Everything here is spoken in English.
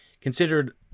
Considered